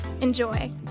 Enjoy